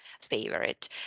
favorite